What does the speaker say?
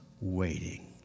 waiting